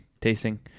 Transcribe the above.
tasting